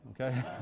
Okay